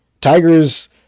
tigers